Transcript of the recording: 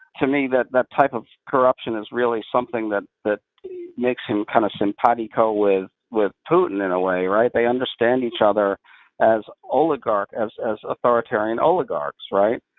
me, that that type of corruption is really something that that makes him kind of simpatico with with putin in a way, right? they understand each other as oligarchs, as as authoritarian oligarchs, right?